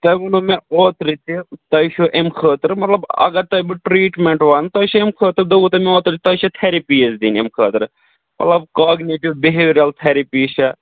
تۄہہِ ووٚنو مےٚ اوترٕ تہِ تۄہہِ چھُو اَمہِ خٲطرٕ مطلب اگر تۄہہِ بہٕ ٹرٛیٖٹمیٚنٛٹ وَنہ تۄہہِ چھو اَمہِ خٲطرٕ دوٚپو تۄہہِ مےٚ اوترٕ تہِ تۄہہِ چھ تھیٚرِپیز دِنہ اَمہِ خٲطرٕ مَطلب کاگنِٹِو بِہیوِرَل تھٚریپی چھےٚ